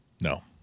No